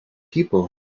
people